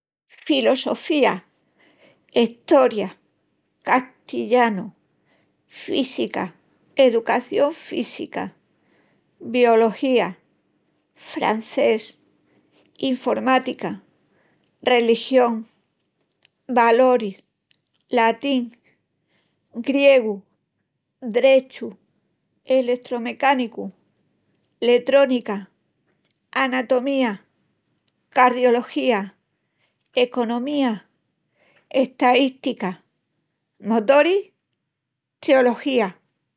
Filosofía, Estoria, Castillanu, Física, Educación Física, Biología, Francés, Informática, Religión, Valoris, Latín, Griegu, Derechu, Eletromecánicu, Letrónica, Anatomía, Cardiología, Economía, Estaística, Motoris, Teología.